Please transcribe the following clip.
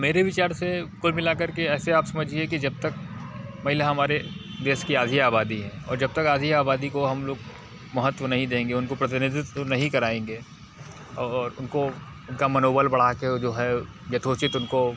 मेरे विचार से कुल मिला कर के ऐसे आप समझिए जब तक महिला हमारे देश की आधी आबादी है और जब तक आधी आबादी को हम लोग महत्व नहीं देंगे उनको प्रतिनिधित्व नहीं कराएंगे और उनको उनका मनोबल बढ़ा कर वह जो है यथोचित उनको